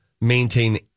maintain